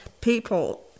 people